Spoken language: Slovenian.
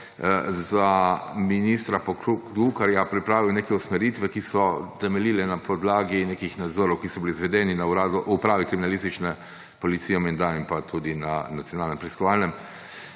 za ministra Poklukarja pripravil neke usmeritve, ki so temeljile na podlagi nekih nadzorov, ki so bili izvedeni na Upravi kriminalistične policije, menda, in pa tudi na Nacionalnem preiskovalnem